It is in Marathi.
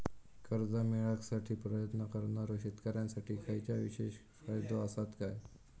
कर्जा मेळाकसाठी प्रयत्न करणारो शेतकऱ्यांसाठी खयच्या विशेष फायदो असात काय?